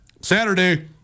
Saturday